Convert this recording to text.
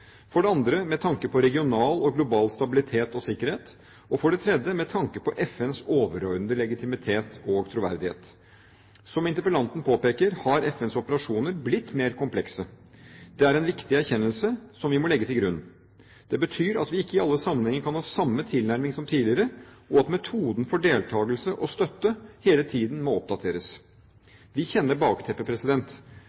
for det andre med tanke på regional og global stabilitet og sikkerhet, og for det tredje med tanke på FNs overordnede legitimitet og troverdighet. Som interpellanten påpeker, har FNs operasjoner blitt mer komplekse. Det er en viktig erkjennelse som vi må legge til grunn. Det betyr at vi ikke i alle sammenhenger kan ha samme tilnærming som tidligere, og at metoden for deltakelse og støtte hele tiden må oppdateres.